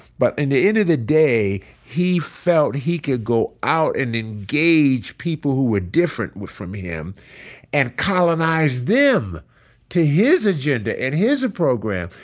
but in the end of the day, he felt he could go out and engage people who were different from him and colonize them to his agenda and his program,